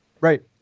Right